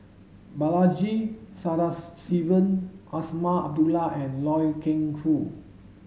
Balaji Azman Abdullah and Loy Keng Foo